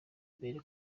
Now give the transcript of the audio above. mbere